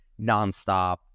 nonstop